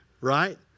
right